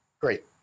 great